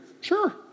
Sure